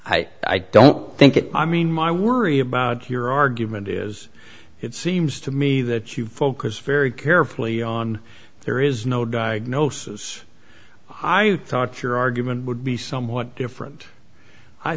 i don't think it i mean my worry about your argument is it seems to me that you focus very carefully on there is no diagnosis i thought your argument would be somewhat different i